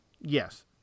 yes